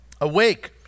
Awake